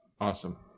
Awesome